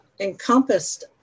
encompassed